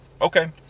okay